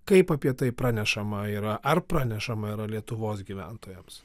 kaip apie tai pranešama yra ar pranešama yra lietuvos gyventojams